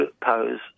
pose